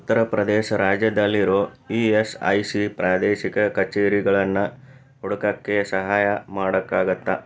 ಉತ್ತರಪ್ರದೇಶ ರಾಜ್ಯದಲ್ಲಿರೋ E S I C ಪ್ರಾದೇಶಿಕ ಕಚೇರಿಗಳನ್ನು ಹುಡ್ಕೋಕ್ಕೆ ಸಹಾಯ ಮಾಡೋಕ್ಕಾಗತ್ತಾ